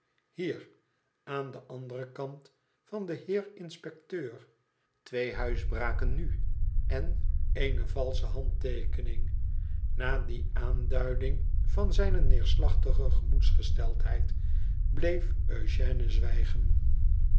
hier aan den anderen kant van den heer inspecteur itwee huisbraken nu en eene valsche handteekening na die aanduiding van zijne neerslachtige gemoedsgesteldheid bleef eugène zwijgen